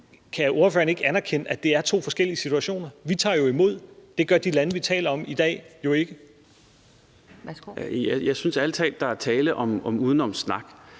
Kan ordføreren ikke anerkende, at det er to forskellige situationer? Vi tager imod, men det gør de lande, vi taler om i dag, jo ikke. Kl. 13:20 Anden næstformand